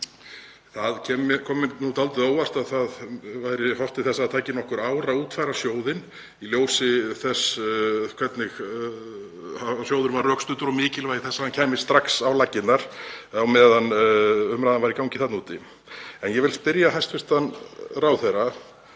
Það kom mér dálítið á óvart að það væri horft til þess að það tæki nokkur ár að útfæra sjóðinn í ljósi þess hvernig sjóðurinn var rökstuddur og mikilvægis þess að hann kæmist strax á laggirnar á meðan umræðan var í gangi þarna úti. Ég vil spyrja hæstv. ráðherra: